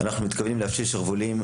אנחנו מתכוונים להפשיל שרוולים,